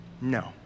No